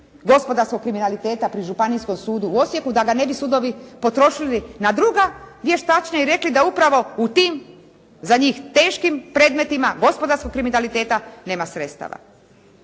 gospodarskog kriminaliteta pri Županijskom sudu u Osijeku da ga ne bi sudovi potrošili na druga vještačenja i rekli da upravo u tim za njih teškim predmetima gospodarskog kriminaliteta nema sredstava.